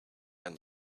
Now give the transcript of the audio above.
and